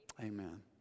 Amen